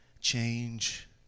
change